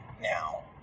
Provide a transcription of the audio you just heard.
now